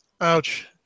Ouch